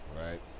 right